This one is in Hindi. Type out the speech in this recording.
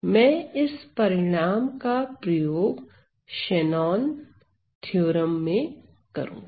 मैं इस परिणाम का प्रयोग शेनॉन थ्योरम में करूंगा